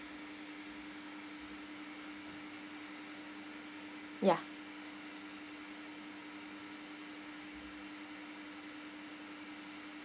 ya